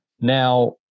Now